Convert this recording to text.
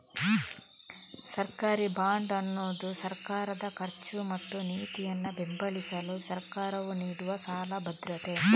ಸರ್ಕಾರಿ ಬಾಂಡ್ ಅನ್ನುದು ಸರ್ಕಾರದ ಖರ್ಚು ಮತ್ತು ನೀತಿಯನ್ನ ಬೆಂಬಲಿಸಲು ಸರ್ಕಾರವು ನೀಡುವ ಸಾಲ ಭದ್ರತೆ